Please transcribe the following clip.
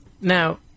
Now